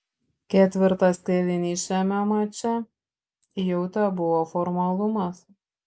ketvirtas kėlinys šiame mače jau tebuvo formalumas